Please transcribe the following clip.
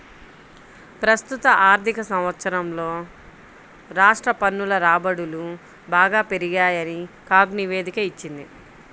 ప్రస్తుత ఆర్థిక సంవత్సరంలో రాష్ట్ర పన్నుల రాబడులు బాగా పెరిగాయని కాగ్ నివేదిక ఇచ్చింది